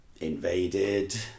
invaded